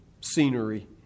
scenery